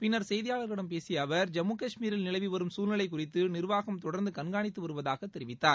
பின்னர் செய்தியாளர்களிடம் பேசிய அவர் ஜம்மு கஷ்மீரில் நிலவிவரும் சூழ்நிலை குறித்து நிர்வாகம் தொடர்ந்து கண்காணித்து வருவதாக தெரிவித்தார்